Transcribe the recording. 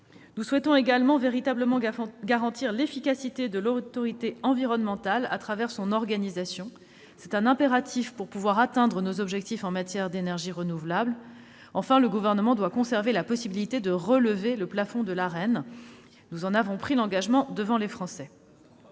Nous souhaitons véritablement garantir l'efficacité de l'autorité environnementale à travers son organisation. C'est un impératif pour pouvoir atteindre nos objectifs en matière d'énergies renouvelables. Enfin, le Gouvernement doit conserver la possibilité de relever le plafond de l'Arenh. Nous en avons pris l'engagement devant les Français.